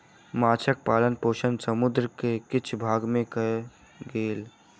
माँछक पालन पोषण समुद्र के किछ भाग में कयल गेल